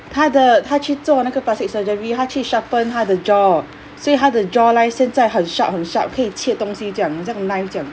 他的他去做那个 plastic surgery 他去 sharpen 他的 jaw 所以他的 jaw line 现在很 sharp 很 sharp 可以切东西这样很像 knife 这样